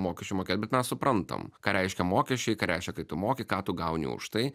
mokesčių mokėt bet mes suprantam ką reiškia mokesčiai ką reiškia kai tu moki ką tu gauni už tai